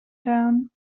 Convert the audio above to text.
down